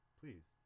please